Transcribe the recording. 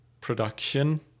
production